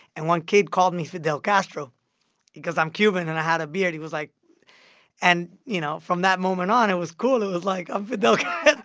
and one kid called me fidel castro because i'm cuban and i had a beard. he was like and, you know, from that moment on, it was cool. it was like i'm fidel castro.